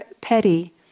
petty